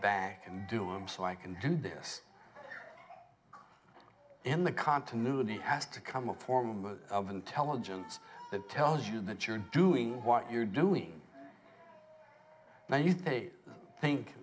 back and do i'm so i can do this in the continuity has to come a form of intelligence that tells you that you're doing what you're doing when you think